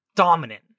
Dominant